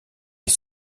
les